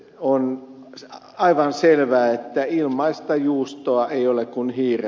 on aivan selvää että ilmaista juustoa ei ole kun kiire